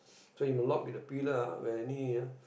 so you must lock the pill lah where any ah